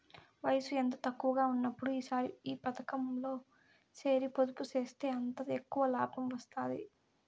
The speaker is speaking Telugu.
వయసు ఎంత తక్కువగా ఉన్నప్పుడు ఈ పతకంలో సేరి పొదుపు సేస్తే అంత ఎక్కవ లాబం వస్తాది